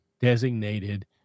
designated